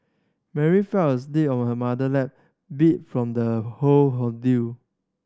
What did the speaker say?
Mary fell asleep on her mother lap beat from the whole ordeal